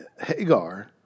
Hagar